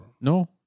no